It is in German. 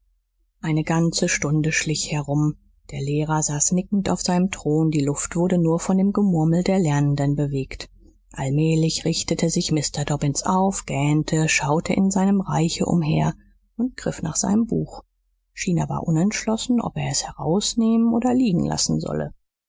eine ganze stunde schlich herum der lehrer saß nickend auf seinem thron die luft wurde nur von dem gemurmel der lernenden bewegt allmählich richtete sich mr dobbins auf gähnte schaute in seinem reiche umher und griff nach seinem buch schien aber unentschlossen ob er es herausnehmen oder liegen lassen solle